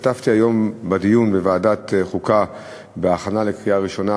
השתתפתי היום בדיון בוועדת החוקה בהכנה לקריאה ראשונה,